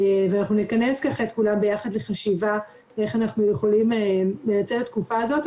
ואנחנו נכנס את כולם ביחד לחשיבה איך אנחנו יכולים לנצל את התקופה הזאת.